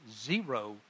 zero